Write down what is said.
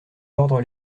l’ordre